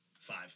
Five